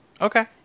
Okay